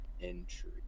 entry